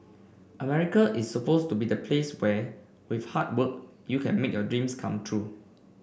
America is supposed to be the place where with hard work you can make your dreams come true